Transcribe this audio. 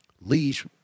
leash